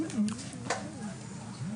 לזה, אדוני.